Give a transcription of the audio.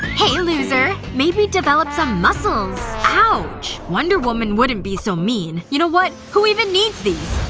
hey. loser. maybe develop some muscles. ouch. wonder woman wouldn't be so mean. you know what, who even needs these?